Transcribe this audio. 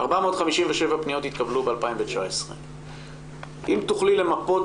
457 פניות התקבלו בשנת 2019. אם תוכלי למפות